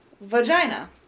vagina